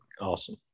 awesome